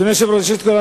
ראשית כול,